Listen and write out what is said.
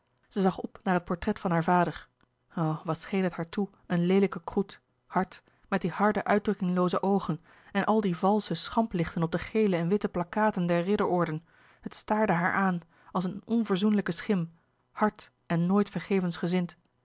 zij zag op naar het portret van haar vader o wat scheen het haar toe een leelijke croûte hard met die harde uitdrukkinglooze oogen en al die valsche schamplichten op de gele en witte plakkaten der ridderorden het staarde haar aan als een onverzoenlijke schim hard en nooit